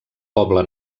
poble